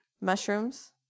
Mushrooms